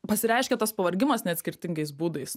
pasireiškia tas pavargimas net skirtingais būdais